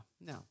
no